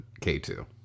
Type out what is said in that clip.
K2